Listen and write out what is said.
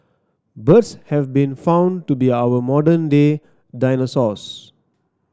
birds have been found to be our modern day dinosaurs